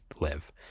live